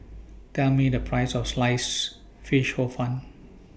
Tell Me The Price of Sliced Fish Hor Fun